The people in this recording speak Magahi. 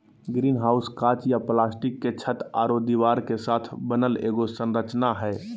ग्रीनहाउस काँच या प्लास्टिक के छत आरो दीवार के साथ बनल एगो संरचना हइ